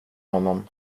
honom